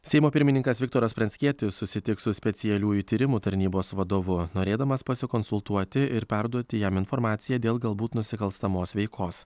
seimo pirmininkas viktoras pranckietis susitiks su specialiųjų tyrimų tarnybos vadovu norėdamas pasikonsultuoti ir perduoti jam informaciją dėl galbūt nusikalstamos veikos